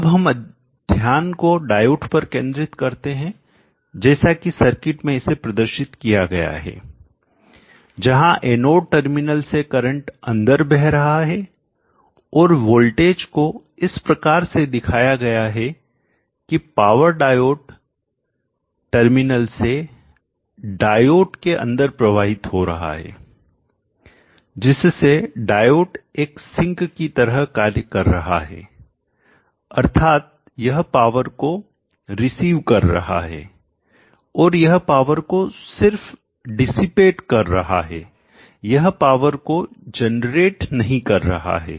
अब हम ध्यान को डायोड पर केंद्रित करते हैं जैसा कि सर्किट में इसे प्रदर्शित किया गया है जहां एनोड टर्मिनल से करंट अंदर बह रहा है और वोल्टेज को इस प्रकार से दिखाया गया है की पावर डायोड टर्मिनल से डायोड के अंदर प्रवाहित हो रहा है जिससे डायोड एक सिंकग्रहण करने वाला की तरह कार्य कर रहा है अर्थात यह पावर को रिसीव प्राप्त करना कर रहा है और यह पावर को सिर्फ डीसीपेट हाश्र करना कर रहा है यह पावर को जनरेटउत्पन्न नहीं कर रहा है